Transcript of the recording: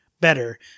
better